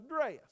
dress